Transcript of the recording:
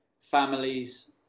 families